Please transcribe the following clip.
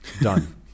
done